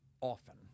often